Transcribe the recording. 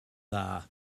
dda